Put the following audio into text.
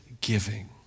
giving